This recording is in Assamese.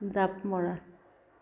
জাঁপ মৰা